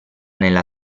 nella